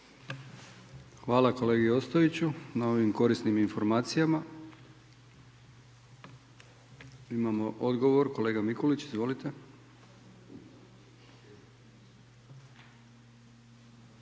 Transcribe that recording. Hvala kolegi Ostojiću na ovim korisnim informacijama. Imamo odgovor kolega Mikulić. Izvolite.